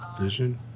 vision